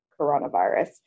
coronavirus